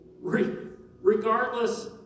regardless